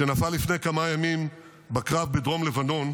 שנפל לפני כמה ימים בקרב בדרום לבנון,